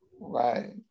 right